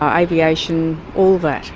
aviation, all that.